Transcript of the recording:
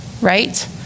right